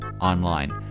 online